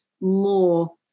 more